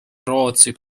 rootsi